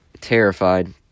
terrified